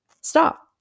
Stop